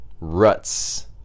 ruts